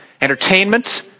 Entertainment